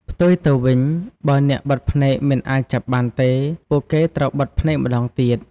ផ្ទុយទៅវិញ បើអ្នកបិទភ្នែកមិនអាចចាប់បានទេ ពួកគេត្រូវបិទភ្នែកម្ដងទៀត។